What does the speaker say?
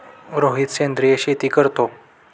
रोहित सेंद्रिय शेती करतो